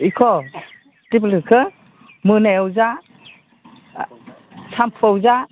इख' टेब्लेटखो मोनायाव जा आह सामफुआव जा